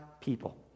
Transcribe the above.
people